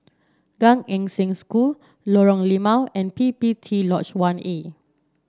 Gan Eng Seng School Lorong Limau and P P T Lodge One A